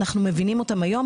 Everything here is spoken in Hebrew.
אנחנו מבינים אותם היום,